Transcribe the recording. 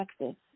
Texas